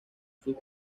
sus